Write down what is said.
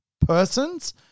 persons